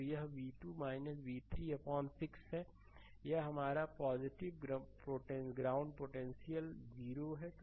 तो यह v2 v3 अपान 6 है यह हमारा ग्राउंड पोटेंशियल 0 है